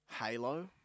Halo